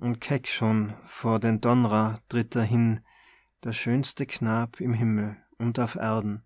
und keck schon vor den donn'rer tritt er hin der schönste knab im himmel und auf erden